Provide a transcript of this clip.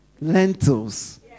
lentils